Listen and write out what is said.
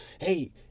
hey